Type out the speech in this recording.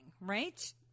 right